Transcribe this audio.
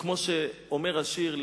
וכמו שאומר השיר,